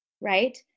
Right